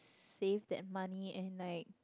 save that money and like